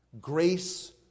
Grace